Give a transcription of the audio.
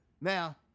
Now